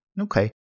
Okay